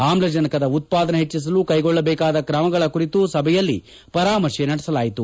ಆಮ್ಲಜನಕದ ಉತ್ಪಾದನೆ ಹೆಚ್ಚಸಲು ಕೈಗೊಳ್ಳಬೇಕಾದ ಕ್ರಮಗಳ ಕುರಿತು ಸಭೆಯಲ್ಲಿ ಪರಾಮರ್ತೆ ನಡೆಸಲಾಯಿತು